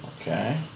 Okay